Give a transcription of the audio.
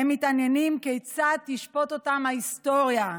הם מתעניינים כיצד תשפוט אותם ההיסטוריה.